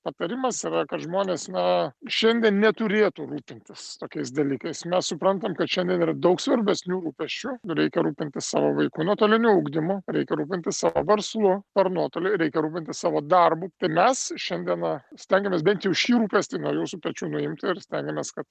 patarimas yra kad žmonės na šiandien neturėtų rūpintis tokiais dalykais mes suprantam kad šiandien yra daug svarbesnių rūpesčių reikia rūpintis savo vaikų nuotoliniu ugdymu reikia rūpintis savo verslu ar nuotoliui reikia rūpintis savo darbu tai mes šiandieną stengiamės bent jau šį rūpestį nuo jūsų pečių nuimti ir stengiamės kad